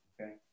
Okay